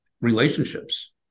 relationships